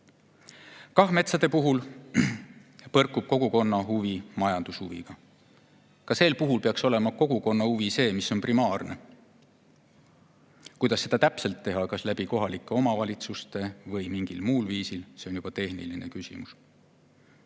KAH-metsade puhul põrkub kogukonna huvi majandushuviga. Sel puhul peaks olema kogukonna huvi primaarne. Kuidas seda täpselt [saavutada], kas kohalike omavalitsuste kaudu või mingil muul viisil, see on juba tehniline küsimus.